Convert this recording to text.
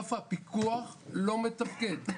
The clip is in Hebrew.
אגף הפיקוח לא מתפקד.